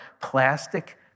plastic